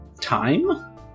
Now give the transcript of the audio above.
Time